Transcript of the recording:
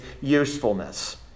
usefulness